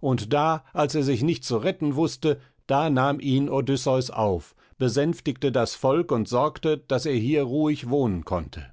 und da als er sich nicht zu retten wußte da nahm ihn odysseus auf besänftigte das volk und sorgte daß er hier ruhig wohnen konnte